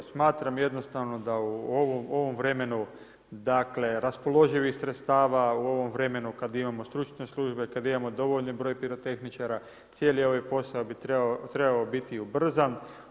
Smatram jednostavno da u ovom vremenu raspoloživih sredstava, u ovom vremenu kada imamo stručne službe, kada imamo dovoljan broj pirotehničara cijeli ovaj posao bi trebao biti ubrzan.